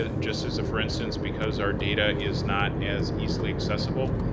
ah just as a for instance, because our data is not as easily accessible,